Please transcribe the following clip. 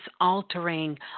altering